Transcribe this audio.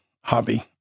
hobby